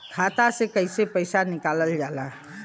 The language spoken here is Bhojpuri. खाता से पैसा कइसे निकालल जाला?